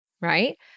right